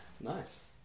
Nice